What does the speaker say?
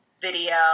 video